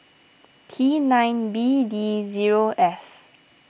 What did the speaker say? T nine B D zero F